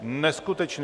Neskutečné.